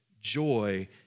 joy